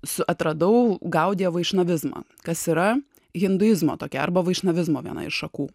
su atradau gaudija vaišnavizmas kas yra hinduizmo tokia arba vaišnavizmo viena iš šakų